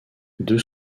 deux